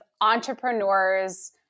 entrepreneurs